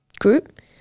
group